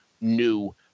new